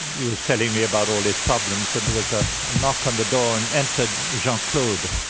he was telling me about all his problems. and there was a knock on the door, and entered jean claude.